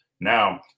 Now